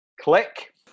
click